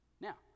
Now